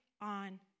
on